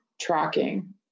tracking